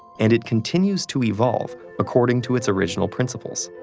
and it continues to evolve according to its original principles.